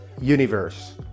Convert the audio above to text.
universe